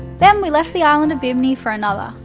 then we left the island of bimney for another,